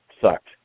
sucked